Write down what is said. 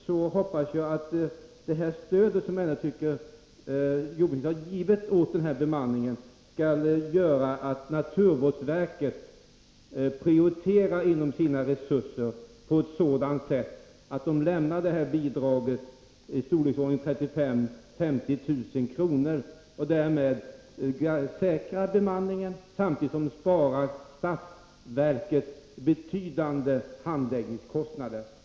Jag hoppas därför att det stöd som jag tycker jordbruksministern har givit när det gäller bemanningen skall leda till att naturvårdsverket prioriterar sina resurser på ett sådant sätt att man lämnar detta bidrag på i storleksordningen 35 000-50 000 kr. och därmed säkrar bemanningen, samtidigt som man besparar statsverket betydande handläggningskostnader.